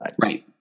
Right